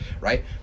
Right